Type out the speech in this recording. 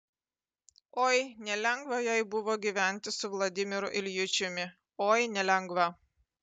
oi nelengva jai buvo gyventi su vladimiru iljičiumi oi nelengva